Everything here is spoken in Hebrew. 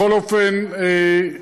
בכל אופן,